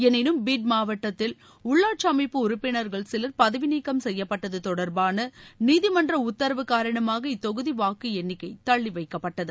எனினும் பீட் மாவட்டத்தில் உள்ளாட்சி அமைப்பு உறுப்பினர்கள் சிலர் பதவி நீக்கம் செய்யப்பட்டது தொடர்பான நீதிமன்ற உத்தரவு காரணமாக இத்தொகுதி வாக்கு எண்ணிக்கை தள்ளி வைக்கப்பட்டது